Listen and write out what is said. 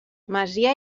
masia